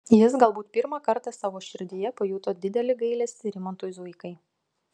jis galbūt pirmą kartą savo širdyje pajuto didelį gailestį rimantui zuikai